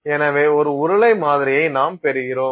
எனவே ஒரு உருளை மாதிரியைப் நாம்பெறுகிறோம்